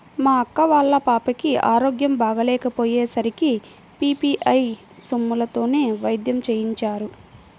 మా అక్క వాళ్ళ పాపకి ఆరోగ్యం బాగోకపొయ్యే సరికి పీ.పీ.ఐ సొమ్ములతోనే వైద్యం చేయించారు